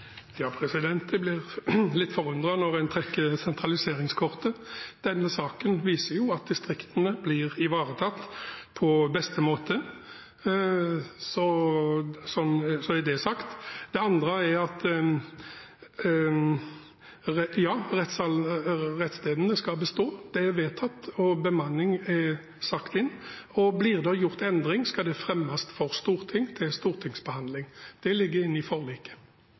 Jeg blir litt forundret når en trekker sentraliseringskortet. Denne saken viser jo at distriktene blir ivaretatt på beste måte, så er det sagt. Det andre er at ja, rettsstedene skal bestå. Det er vedtatt, og bemanning er satt inn. Blir det gjort endring, skal det fremmes for Stortinget til stortingsbehandling. Det ligger inne i forliket.